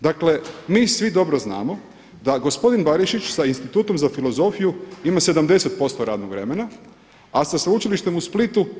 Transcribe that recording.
Dakle mi svi dobro znamo da gospodin Barišić sa Institutom za filozofiju ima 70% radnog vremena, a sa Sveučilištem u Splitu 30%